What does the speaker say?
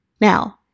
Now